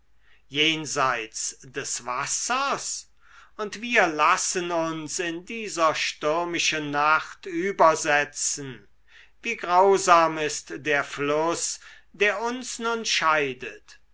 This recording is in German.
jenseit des wassers und wir lassen uns in dieser stürmischen nacht übersetzen wie grausam ist der fluß der uns nun scheidet